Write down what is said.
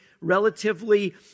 relatively